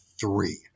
Three